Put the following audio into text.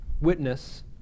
witness